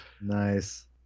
Nice